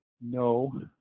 no